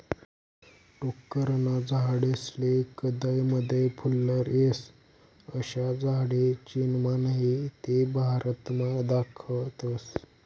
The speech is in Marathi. टोक्करना झाडेस्ले कदय मदय फुल्लर येस, अशा झाडे चीनमा नही ते भारतमा दखातस